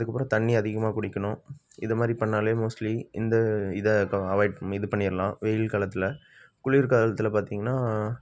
அதுக்கப்புறம் தண்ணி அதிகமாக குடிக்கணும் இது மாதிரி பண்ணிணாலே மோஸ்ட்லி இந்த இத ப அவாய்ட் இது பண்ணிடலாம் வெயில் காலத்தில் குளிர் காலத்தில் பார்த்தீங்கனா